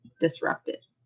disrupted